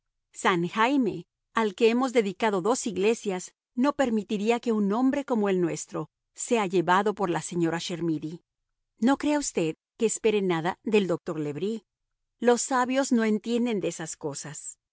san jaime al que hemos dedicado dos iglesias no permitirá que un nombre como el nuestro sea llevado por la señora chermidy no crea usted que espere nada del doctor le bris los sabios no entienden de esas cosas